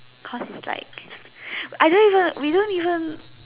cause it's like I don't even we don't even